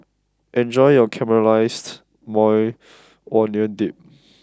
enjoy your Caramelized Maui Onion Dip